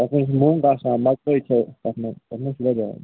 تتھ مَنٛز چھُ موٚنٛگ آسان مَکٲے چھِ تتھ مَنٛز چھُ واریاہ